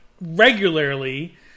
regularly